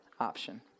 option